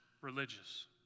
religious